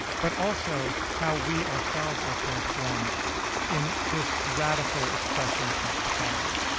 but also how we ourselves are transformed in this radical expression of hospitality.